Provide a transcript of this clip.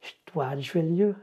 šituo atžvilgiu